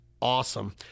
awesome